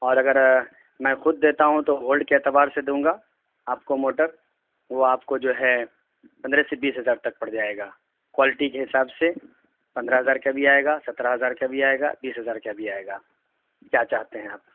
اور اگر میں خود دیتا ہوں تو ہولڈ کے اعتبار سے دوں گا آپ کو موٹر وہ آپ کو جو ہے پندرہ سے بیس ہزار تک پڑ جائے گا کوالٹی کے حساب سے پندرہ ہزار کا بھی آئے گا سترہ ہزار کا بھی آئے گا بیس ہزار کا بھی آئے گا کیا چاہتے ہیں آپ